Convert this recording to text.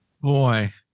Boy